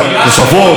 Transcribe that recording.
לגרוע.